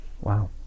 Wow